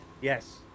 Yes